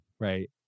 right